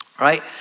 right